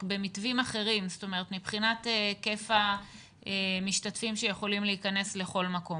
רק במתווים אחרים מבחינת היקף המשתתפים שיכולים להיכנס לכל מקום.